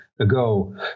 Ago